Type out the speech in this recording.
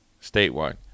statewide